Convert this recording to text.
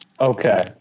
Okay